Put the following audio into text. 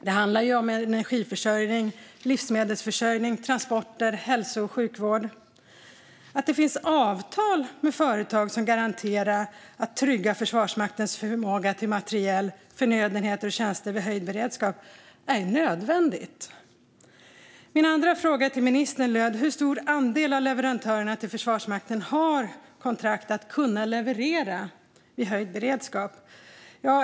Det handlar om energiförsörjning, livsmedelsförsörjning, transporter och hälso och sjukvård. Det är nödvändigt att det finns avtal med företag som garanterar att Försvarsmaktens förmåga att skaffa materiel, förnödenheter och tjänster vid höjd beredskap tryggas. Min andra fråga till ministern löd: Hur stor andel av leverantörerna till Försvarsmakten har kontrakt att kunna leverera vid höjd beredskap?